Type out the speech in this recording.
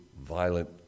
violent